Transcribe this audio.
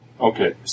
Okay